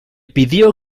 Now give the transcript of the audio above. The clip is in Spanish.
pidió